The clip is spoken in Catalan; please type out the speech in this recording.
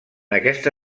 aquesta